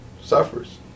suffers